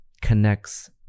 connects